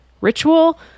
ritual